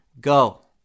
go